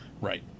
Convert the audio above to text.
right